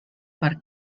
per